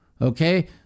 Okay